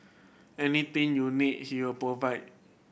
anything you need he will provide